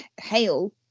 hail